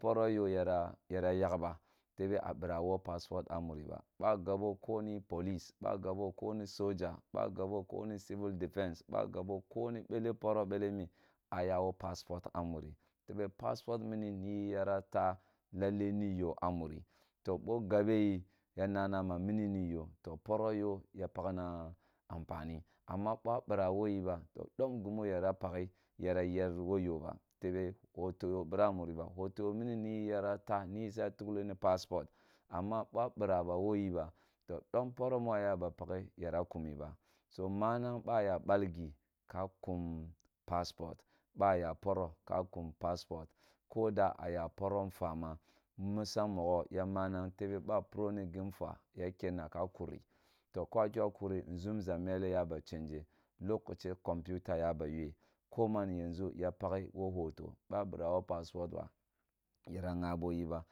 Poro yo yara yakha ba tebe a bira wo parpot a muni ba ba gabo koni soja ba gabo ko mri ba ba gabo k ni polis ba gabo ko koni soha a gabo ko e sivil diten ba gabo ko ni bele poro brlr me a ya wo paspor a muri tebe paspot mini ni yara taa lallene yo a muri to bo gabe yi ya nana ma mini ɴɪʏᴏ ᴛᴏ ᴘᴏʀᴏ ʏᴏ ʜᴀ ᴘᴀᴋʜᴇɴᴀ ᴍᴀᴘᴀɴɪ ᴀᴍᴍᴀ ʙᴀ bira wo yi ba to dom gimu ya pakhi yara yaddi wo to ba tebe hoto yo bira muri ba hoto yo mini niyi yar taa niyi sa togh li ni paspot amma boa nira ba wo ye ba to paspot amma boa bira wo ye bato dom poro mua yaba pakhe yara kuma ba so manang bo aga balgi ka kum paspot ba ya poro ka kum paspot ko da aga poro nfa ma musa mogho ya manang bo aga balgi ka kum paspot ba ya poro kakum paspotkoda aya poro nfama mia mogho ya manang tebe bo a poro ni gi nfa ya kenna ka kuri to ko a kyo. A kem nʒumza mele yaba chenge lokoche kompato yaba yoe ko man yanzu ya paghi wo hoto ba bira wo paspot ba yara ghabo ya ba